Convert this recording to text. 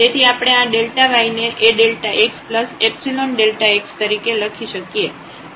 તેથી આપણે આ y ને AΔxϵΔx તરીકે લખી શકીએ તો આ ફંકશન ડિફ્રન્સિએબલ છે